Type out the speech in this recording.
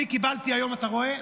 אני קיבלתי היום, אתה רואה,